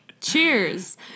Cheers